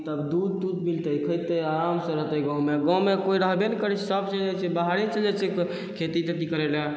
तब दूध तूध मिलतै खेतै आरामसँ रहतै गाँवमे गाँवमे कोइ रहबे नहि करै छै सब चलि जाइ छै बाहरे चलि जाइ छै खेती तेती करैलए